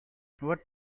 what